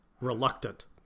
reluctant